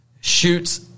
shoots